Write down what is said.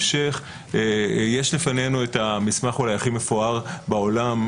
יש לפנינו אולי המסמך הכי מפואר בעולם,